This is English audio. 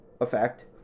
Effect